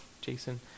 Jason